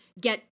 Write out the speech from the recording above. get